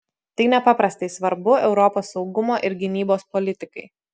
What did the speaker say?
tai nepaprastai svarbu europos saugumo ir gynybos politikai